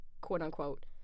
quote-unquote